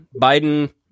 Biden